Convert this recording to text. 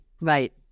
right